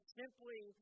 simply